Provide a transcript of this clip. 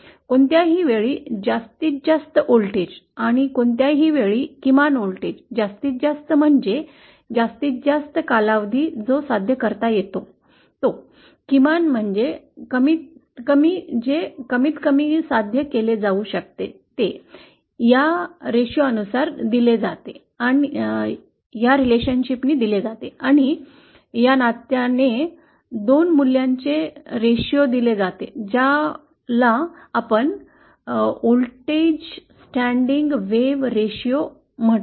कोणत्याही वेळी जास्तीत जास्त व्होल्टेज आणि कोणत्याही वेळी किमान व्होल्टेज जास्तीत जास्त म्हणजे जास्तीत जास्त कालावधी जो साध्य करता येतो किमान म्हणजे कमीतकमी जे कमीतकमी साध्य केले जाऊ शकते ते या प्रमाणानुसार दिले जाते आणि या नात्याने या 2 मूल्यांचे गुणोत्तर दिले जाते ज्याला आपण व्होल्टेज स्टँडिंग वेव्ह रेश्यो म्हटले आहे